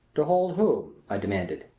to hold whom? i demanded.